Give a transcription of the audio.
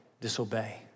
Disobey